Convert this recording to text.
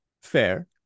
Fair